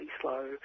slow